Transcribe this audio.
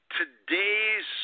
today's